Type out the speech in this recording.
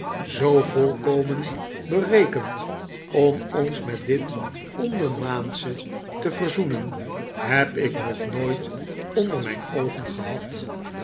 zoo volkomen berekend om ons met dit ondermaansche te verzoenen heb ik nog nooit onder mijn oogen gehad